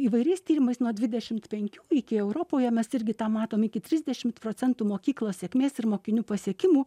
įvairiais tyrimais nuo dvidešimt penkių iki europoje mes irgi tą matome iki trisdešimt procentų mokyklos sėkmės ir mokinių pasiekimų